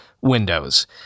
Windows